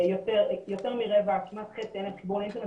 יותר מרבע, כמעט חצי, אין להם חיבור לאינטרנט.